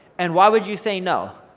and why would you say no?